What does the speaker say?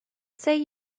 say